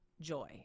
joy